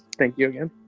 thank you again.